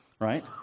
right